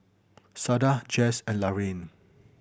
Sada Jess and Laraine